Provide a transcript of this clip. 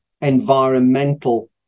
environmental